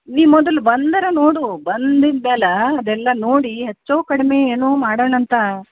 ನೀ ಮೊದಲು ಬಂದರೆ ನೋಡು ಬಂದಿದ್ದ ಮೇಲ ಅದೆಲ್ಲ ನೋಡಿ ಹೆಚ್ಚು ಕಡಿಮೆ ಏನೋ ಮಾಡೋಣಂತೆ